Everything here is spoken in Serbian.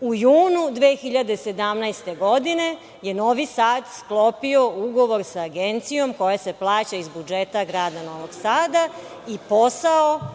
u junu 2017. godine je Novi Sad sklopio ugovor sa Agencijom koja se plaća iz budžeta Grada Novog Sada i posao